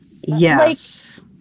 Yes